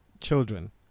children